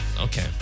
Okay